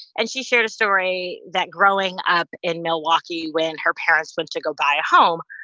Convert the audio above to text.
and she shared a story that growing up in milwaukee, when her parents went to go buy a home,